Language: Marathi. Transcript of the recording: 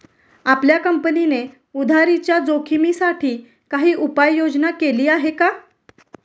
आपल्या कंपनीने उधारीच्या जोखिमीसाठी काही उपाययोजना केली आहे का?